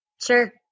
sure